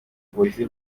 polisi